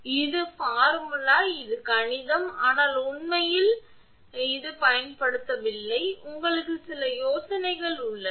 எனவே இந்த சூத்திரம் இது கணிதம் ஆனால் உண்மையில் இது உண்மையில் பயன்படுத்தப்படவில்லை ஆனால் உங்களுக்கு சில யோசனைகள் உள்ளன